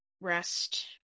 Rest